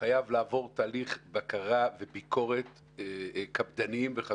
חייב לעבור תהליך בקרה וביקורת קפדניים וחזקים.